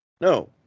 No